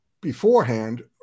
beforehand